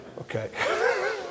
Okay